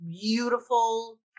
beautiful